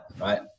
right